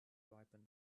ripened